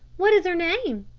what is her name?